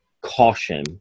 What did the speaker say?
caution